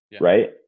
right